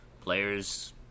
players